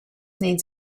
needs